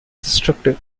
destructive